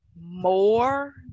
more